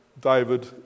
David